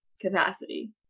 capacity